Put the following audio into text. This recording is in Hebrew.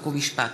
חוק ומשפט,